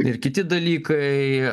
ir kiti dalykai